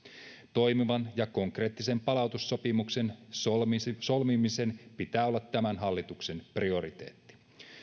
toimivan ja konkreettisen palautussopimuksen solmimisen pitää olla tämän hallituksen prioriteetti